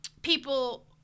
people